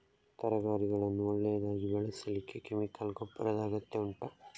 ತರಕಾರಿಗಳನ್ನು ಒಳ್ಳೆಯದಾಗಿ ಬೆಳೆಸಲಿಕ್ಕೆ ಕೆಮಿಕಲ್ ಗೊಬ್ಬರದ ಅಗತ್ಯ ಉಂಟಾ